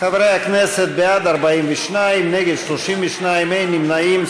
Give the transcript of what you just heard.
חברי הכנסת, בעד, 42, נגד, 32, אין נמנעים.